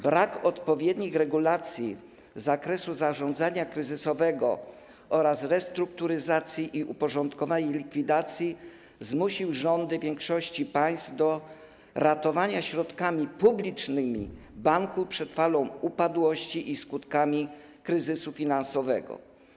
Brak odpowiednich regulacji z zakresu zarządzania kryzysowego oraz restrukturyzacji i uporządkowanej likwidacji zmusił rządy większości państw do ratowania środkami publicznymi banków przed falą upadłości i skutkami kryzysu finansowego.